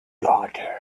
daughter